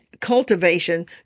cultivation